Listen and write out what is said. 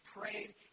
prayed